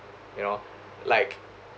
you know like